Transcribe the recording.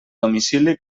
domicili